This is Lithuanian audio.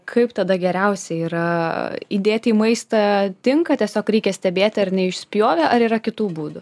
kaip tada geriausia yra įdėti į maistą tinka tiesiog reikia stebėti ar neišspjovė ar yra kitų būdų